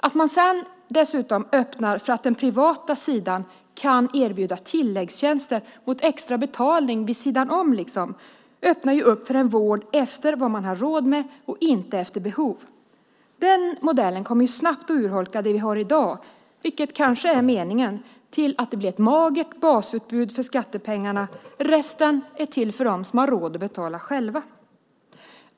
Att man sedan dessutom öppnar för att den privata sidan kan erbjuda tilläggstjänster mot extrabetalning, liksom vid sidan av, öppnar för vård efter vad man har råd med - alltså inte efter behov. Den modellen kommer snabbt att urholka det vi i dag har, vilket kanske är meningen, så att det blir ett magert basutbud för skattepengarna. Resten är till för dem som har råd att själva betala.